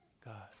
God